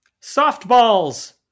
Softballs